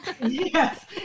Yes